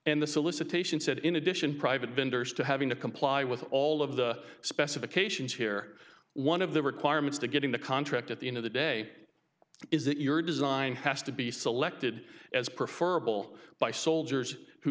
and the solicitation said in addition private vendors to having to comply with all of the specifications here one of the requirements to getting the contract at the end of the day is that your design has to be selected as prefer bull by soldiers who